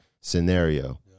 scenario